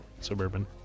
suburban